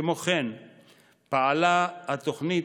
כמו כן פעלה התוכנית,